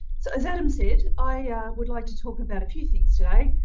so as adam said, i would like to talk about a few things today,